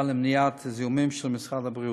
למניעת זיהומים של משרד הבריאות.